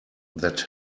that